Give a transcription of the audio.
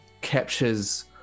captures